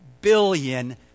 billion